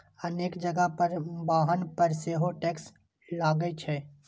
अनेक जगह पर वाहन पर सेहो टैक्स लागै छै